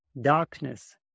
darkness